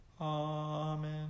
Amen